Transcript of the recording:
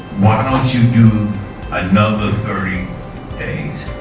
why don't you do another thirty days?